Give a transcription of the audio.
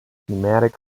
pneumatic